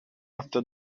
after